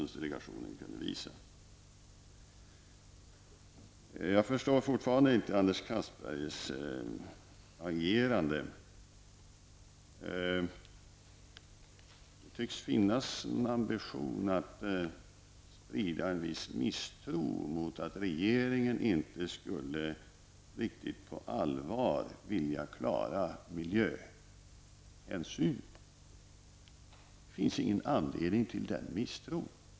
Detta kunde Jag förstår fortfarande inte Anders Castbergers agerande. Det tycks finnas en ambition att sprida en viss misstro som går ut på att regeringen inte riktigt på allvar skulle vilja klara av att ta miljöhänsyn. Det finns definitivt inte någon anledning till den misstron.